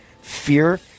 Fear